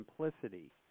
simplicity